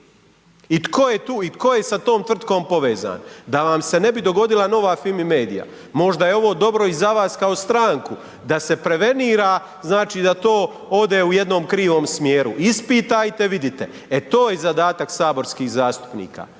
i to je tu i tko je sa tom tvrtkom povezan, da vam se ne bi dogodila nova Fimi medija, možda je ovo dobro i za vas kao stranku da se prevenira, znači da to ode u jednom smjeru, ispitajte, vidite, e to je zadatak saborskih zastupnika